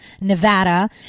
Nevada